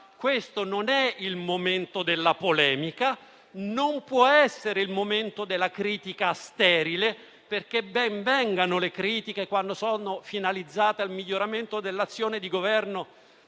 attuale non è il momento della polemica, non può essere il momento della critica sterile. Ben vengano le critiche, quando finalizzate al miglioramento dell'azione di Governo